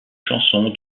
chanson